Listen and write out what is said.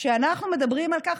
כשאנחנו מדברים על כך,